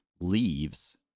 leaves